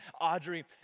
Audrey